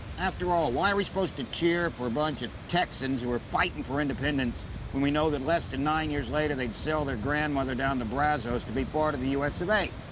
after all, why are we supposed to cheer for a bunch of texans who are fighting for independence when we know that less than nine years later they'd sell their grandmother down the brazos to be part of the us of a.